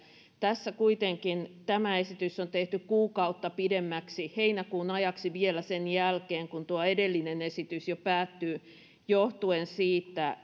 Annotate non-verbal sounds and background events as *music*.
kuitenkin tämä esitys on tehty kuukautta pidemmäksi heinäkuun ajaksi vielä sen jälkeen kun tuo edellinen esitys jo päättyy johtuen siitä *unintelligible*